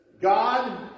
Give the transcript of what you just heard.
God